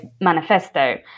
manifesto